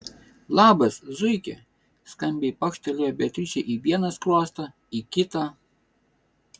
labas zuiki skambiai pakštelėjo beatričei į vieną skruostą į kitą